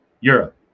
Europe